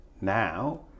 now